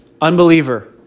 Unbeliever